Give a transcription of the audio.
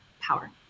power